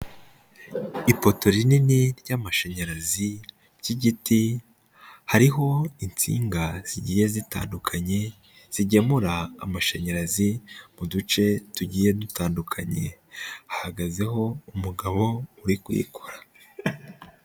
Ipoto rinini ry'amashanyarazi ry'igiti, hariho insinga zigiye zitandukanye, zigemura amashanyarazi mu duce tugiye dutandukanye. Hahagazeho umugabo uri kuyikora.